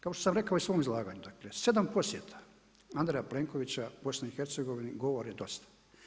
Kao što sam rekao i u svom izlaganju, dakle 7 posjeta Andreja Plenkovića BiH govore dosta.